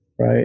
right